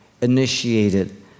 initiated